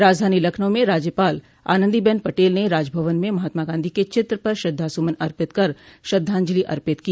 राजधानी लखनऊ में राज्यपाल आनन्दीबेन पटेल ने राजभवन में महात्मा गांधी के चित्र पर श्रद्धा सुमन अर्पित कर श्रद्धाजंलि अर्पित की